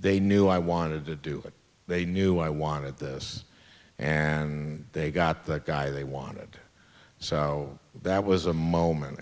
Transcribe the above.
they knew i wanted to do it they knew i wanted this and they got that guy they wanted so that was a moment